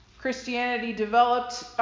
Christianity-developed